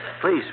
Please